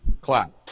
Clap